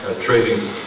trading